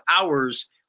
hours